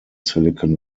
silicon